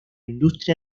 industria